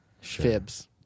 Fibs